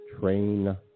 train